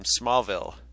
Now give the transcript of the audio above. Smallville